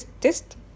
test